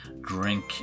drink